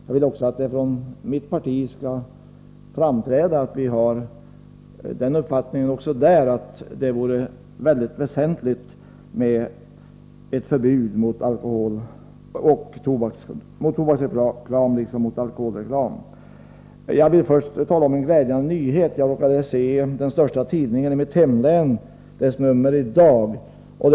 Jag vill också att det skall framgå att vi även inom mitt parti har den uppfattningen att det vore mycket väsentligt med ett förbud mot tobaksreklam liksom mot alkoholreklam. Jag vill först berätta en glädjande nyhet. Jag råkade se i den största tidningen i mitt hemlän, dess nummer för i dag.